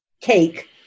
cake